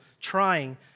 trying